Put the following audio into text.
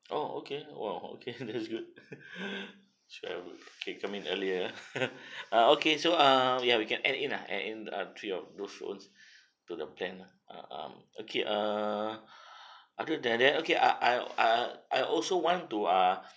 oh okay !wow! okay that's good sure I would okay come in earlier uh okay so err ya we can add in lah add in uh three of those phones to the plan lah ah um okay err other than that okay I uh I uh I also want to ah